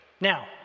Now